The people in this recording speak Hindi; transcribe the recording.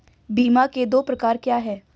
बीमा के दो प्रकार क्या हैं?